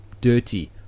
dirty